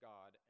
God